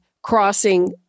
Crossing